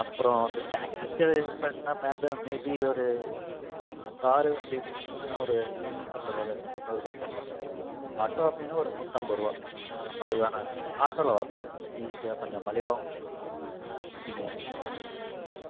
அப்புறம் வந்து டாக்ஸிக்கு பேசினா மே பி ஒரு காரு அப்படினு எடுத்துக்கிட்டிங்கனா ஒரு இரநூத்தம்பது ரூபால இருந்து முந்நூறு ரூபாய் கேட்பாங்க ஆட்டோ அப்படினா ஒரு நூற்றைம்பது ரூபா மலிவான ஆட்டோவில் வரலாம் ஈஸியாக கொஞ்சம் மலிவாகவும் கிடைக்கும் நீங்கள்